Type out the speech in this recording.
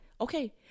okay